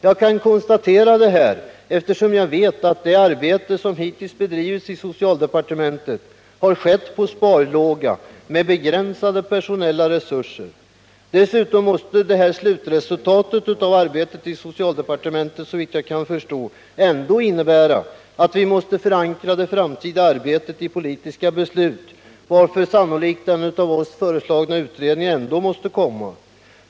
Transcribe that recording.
Jag kan konstatera detta, eftersom jag vet att det kartläggningsarbete som hittills bedrivits i socialdepartementet har skett på sparlåga med bégränsade personella resurser. Dessutom måste slutresultatet av arbetet i socialdepartementet, såvitt jag kan förstå, ändå innebära att vi måste förankra det framtida arbetet i politiska beslut, varför sannolikt den av oss föreslagna utredningen måste komma.